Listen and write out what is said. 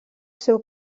seu